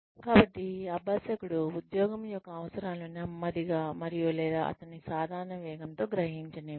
కాబట్టి అభ్యాసకుడు ఉద్యోగం యొక్క అవసరాలను నెమ్మదిగా మరియు లేదా అతని సాధారణ వేగంతో గ్రహించనివ్వండి